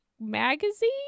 magazine